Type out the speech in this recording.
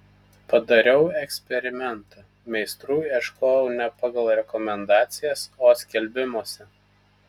padariau eksperimentą meistrų ieškojau ne pagal rekomendacijas o skelbimuose